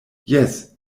jes